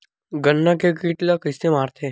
गन्ना के कीट ला कइसे मारथे?